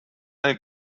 ein